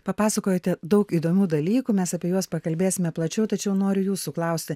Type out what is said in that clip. papasakojote daug įdomių dalykų mes apie juos pakalbėsime plačiau tačiau noriu jūsų klausti